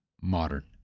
modern